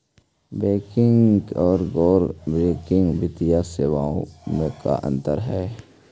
Banking और गैर banking वित्तीय सेवाओं में का अंतर हइ?